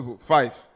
five